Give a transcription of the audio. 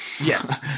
yes